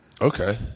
Okay